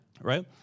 right